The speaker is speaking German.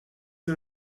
sie